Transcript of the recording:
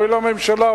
אוי לממשלה,